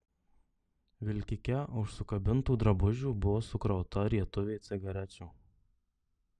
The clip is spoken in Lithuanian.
vilkike už sukabintų drabužių buvo sukrauta rietuvė cigarečių